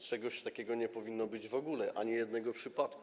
Czegoś takiego nie powinno być w ogóle - ani jednego przypadku.